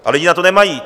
A lidi na to nemají.